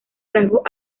rasgos